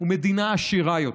ועשירה יותר.